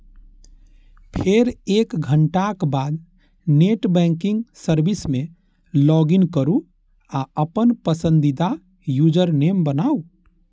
फेर एक घंटाक बाद नेट बैंकिंग सर्विस मे लॉगइन करू आ अपन पसंदीदा यूजरनेम बनाउ